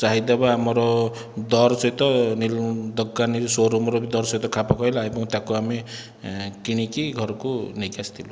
ଚାହିଦା ବା ଆମର ଦର ସହିତ ନିଲ ଦୋକାନ ଏ ଶୋ ରୁମର ବି ଦର ସହିତ ଖାପ ଖୁଆଇଲା ଏବଂ ତାକୁ ଆମେ କିଣିକି ଘରକୁ ନେଇକି ଆସିଥିଲୁ